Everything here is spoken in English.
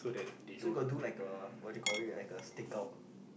so you got do like a what do you call it like a stake out